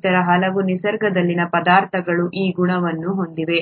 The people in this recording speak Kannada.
ಇತರ ಹಲವು ನಿಸರ್ಗದಲ್ಲಿನ ಪದಾರ್ಥಗಳು ಈ ಗುಣವನ್ನು ಹೊಂದಿವೆ